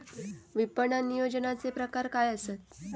विपणन नियोजनाचे प्रकार काय आसत?